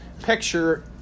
Picture